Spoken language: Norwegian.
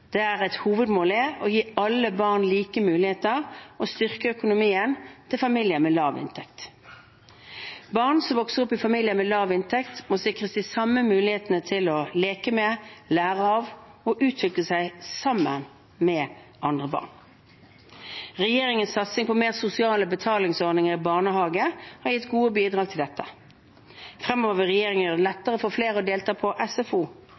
et hovedmål er å gi alle barn like muligheter og å styrke økonomien til familier med lav inntekt. Barn som vokser opp i familier med lav inntekt, må sikres de samme mulighetene til å leke med, lære av og utvikle seg sammen med andre barn. Regjeringens satsing på mer sosiale betalingsordninger i barnehage har gitt gode bidrag til dette. Fremover vil regjeringen gjøre det lettere for flere å delta på SFO,